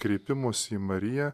kreipimos į mariją